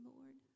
Lord